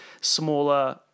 smaller